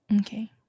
Okay